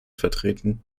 vertreten